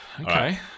Okay